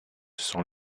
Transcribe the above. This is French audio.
sont